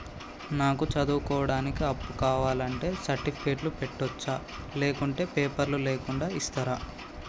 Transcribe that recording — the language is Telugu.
నాకు చదువుకోవడానికి అప్పు కావాలంటే సర్టిఫికెట్లు పెట్టొచ్చా లేకుంటే పేపర్లు లేకుండా ఇస్తరా?